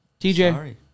TJ